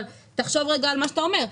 אבל תחשוב על מה שאתה אומר.